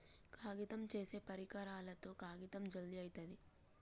కాగితం చేసే పరికరాలతో కాగితం జల్ది అయితది